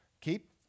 keep